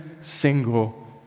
single